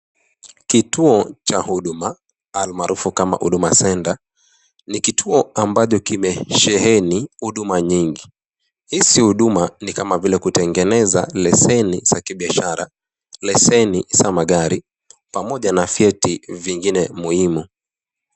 Kituo cha huduma, almaarufu kama Huduma Centre, ni kituo ambacho kimesheheni huduma nyingi. Hizi huduma ni kama vile kutengeneza leseni za kibiashara, leseni za magari pamoja na vyeti vingine muhimu.